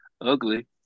Ugly